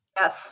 Yes